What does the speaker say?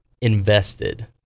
invested